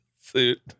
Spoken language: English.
suit